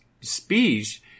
speech